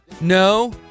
No